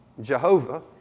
Jehovah